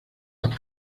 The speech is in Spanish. las